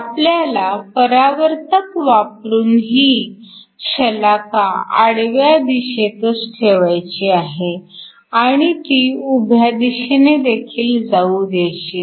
आपल्याला परावर्तक वापरून ही शलाका आडव्या दिशेतच ठेवायची आहे आणि ती उभ्या दिशेनेदेखील जाऊ द्यायची नाही